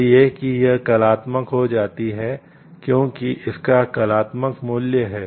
इसलिए कि यह कलात्मक हो जाता है क्योंकि इसका कलात्मक मूल्य है